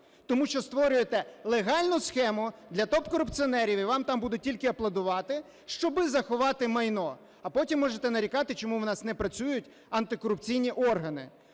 тому що створюєте легальну схему для топ-корупціонерів, і вам там будуть тільки аплодувати, щоби заховати майно. А потім можете нарікати, чому у нас не працюють антикорупційні органи.